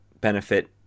benefit